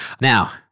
Now